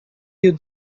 you